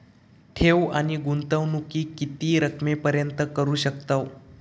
ठेव आणि गुंतवणूकी किती रकमेपर्यंत करू शकतव?